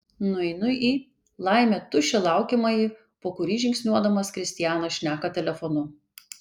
nueinu į laimė tuščią laukiamąjį po kurį žingsniuodamas kristianas šneka telefonu